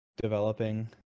developing